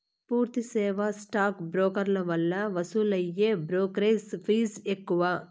పూర్తి సేవా స్టాక్ బ్రోకర్ల వల్ల వసూలయ్యే బ్రోకెరేజ్ ఫీజ్ ఎక్కువ